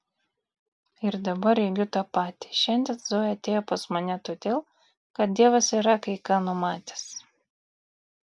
ir dabar regiu tą patį šiandien zoja atėjo pas mane todėl kad dievas yra kai ką numatęs